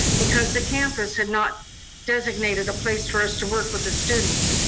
because the campus had not designated a place for us to work with the students.